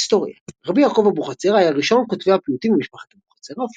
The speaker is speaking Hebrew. היסטוריה רבי יעקב אבוחצירא היה ראשון כותבי הפיוטים במשפחת אבוחצירא,